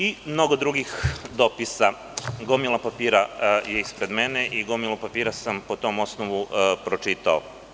Ima još mnogo drugih dopisa, gomila papira je ispred mene i gomilu papira sam po tom osnovu pročitao.